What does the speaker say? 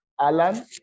Alan